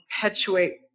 perpetuate